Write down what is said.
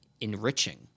enriching